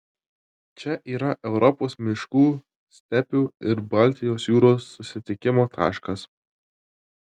čia yra europos miškų stepių ir baltijos jūros susitikimo taškas